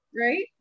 Right